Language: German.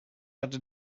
hatte